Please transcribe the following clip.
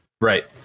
right